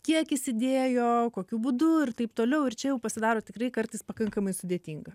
kiek jis įdėjo kokiu būdu ir taip toliau ir čia jau pasidaro tikrai kartais pakankamai sudėtinga